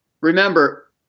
remember